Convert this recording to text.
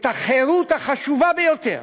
את החירות החשובה ביותר,